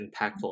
impactful